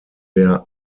der